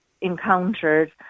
encountered